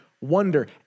wonder